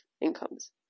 incomes